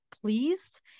pleased